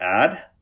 add